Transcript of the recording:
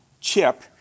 chip